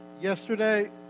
Yesterday